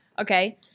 Okay